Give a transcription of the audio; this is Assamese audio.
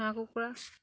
হাঁহ কুকুৰা